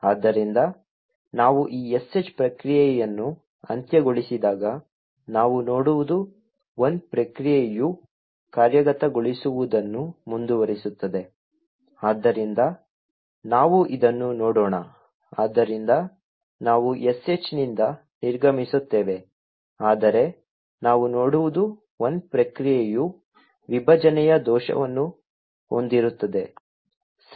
ಆದ್ದರಿಂದ ನಾವು ಈ sh ಪ್ರಕ್ರಿಯೆಯನ್ನು ಅಂತ್ಯಗೊಳಿಸಿದಾಗ ನಾವು ನೋಡುವುದು 1 ಪ್ರಕ್ರಿಯೆಯು ಕಾರ್ಯಗತಗೊಳಿಸುವುದನ್ನು ಮುಂದುವರಿಸುತ್ತದೆ ಆದ್ದರಿಂದ ನಾವು ಇದನ್ನು ನೋಡೋಣ ಆದ್ದರಿಂದ ನಾವು sh ನಿಂದ ನಿರ್ಗಮಿಸುತ್ತೇವೆ ಆದರೆ ನಾವು ನೋಡುವುದು 1 ಪ್ರಕ್ರಿಯೆಯು ವಿಭಜನೆಯ ದೋಷವನ್ನು ಹೊಂದಿರುತ್ತದೆ ಸರಿ